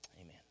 Amen